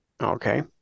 Okay